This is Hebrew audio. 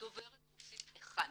דוברת רוסית אחת.